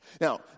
Now